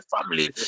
family